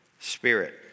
Spirit